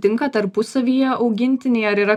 tinka tarpusavyje augintiniai ar yra